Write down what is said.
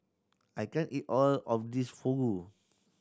I can't eat all of this Fugu